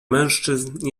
mężczyzn